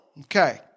Okay